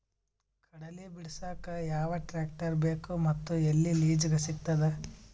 ಕಡಲಿ ಬಿಡಸಕ್ ಯಾವ ಟ್ರ್ಯಾಕ್ಟರ್ ಬೇಕು ಮತ್ತು ಎಲ್ಲಿ ಲಿಜೀಗ ಸಿಗತದ?